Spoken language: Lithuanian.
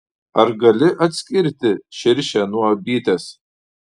ar gali atskirti širšę nuo bitės